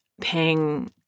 paying